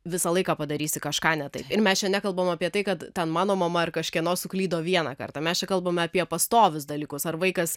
visą laiką padarysi kažką ne taip ir mes nekalbam apie tai kad ten mano mama ar kažkieno suklydo vieną kartą mes kalbame apie pastovius dalykus ar vaikas